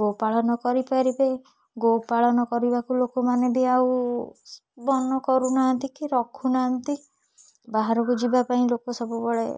ଗୋପାଳନ କରିପାରିବେ ଗୋପାଳନ କରିବାକୁ ଲୋକମାନେ ବି ଆଉ ମନ କରୁନାହାନ୍ତି କି ରଖୁନାହାନ୍ତି ବାହାରକୁ ଯିବା ପାଇଁ ଲୋକ ସବୁବେଳେ